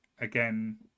again